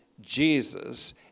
Jesus